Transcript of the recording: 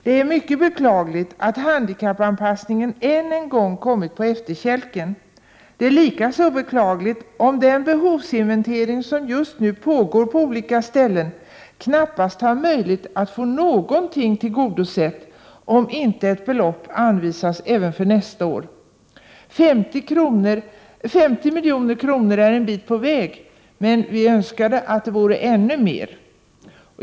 Det är mycket beklagligt att handikappanpassningen än en gång har kommit på efterkälken. Det är likaså beklagligt om man vid en behovsinventering som just nu pågår på olika ställen knappast har möjlighet att få någonting tillgodosett, om inte ett belopp anvisas även för nästa år. 50 milj.kr. räcker en bit, men vi skulle önska att det vore mer.